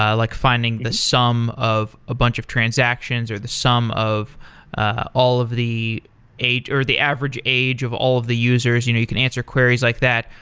ah like finding the sum of a bunch of transactions or the sum of ah all of the or the average age of all of the users. you know you can answer queries like that,